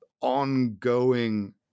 ongoing